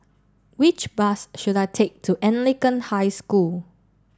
which bus should I take to Anglican High School